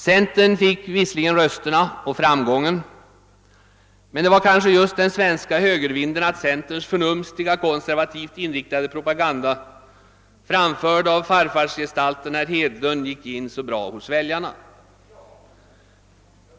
Centern fick rösterna och framgången, men det berodde kanske just på den svenska högervinden att centerns förnumstiga, konservativt inriktade propaganda, framförd av farfarsgestalten herr Hedlund, gick in så bra hos väljarna.